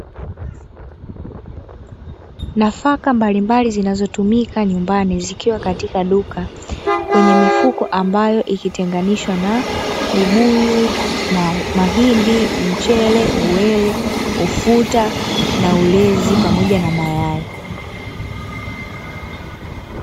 Nafaka mbalimbali zinazotumika nyumbani, zikiwa katika duka; kwenye mifuko ambayo ikitenganishwa na; ubuyu, mahindi, mchele, uwele, ufuta na ulezi pamoja na mayai.